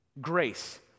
Grace